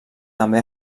també